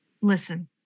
listen